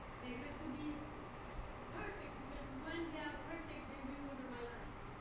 they have to be perfect, because when they are perfect, they re-order my life.